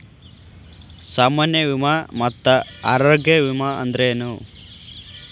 ಸಾಮಾನ್ಯ ವಿಮಾ ಮತ್ತ ಆರೋಗ್ಯ ವಿಮಾ ಅಂದ್ರೇನು?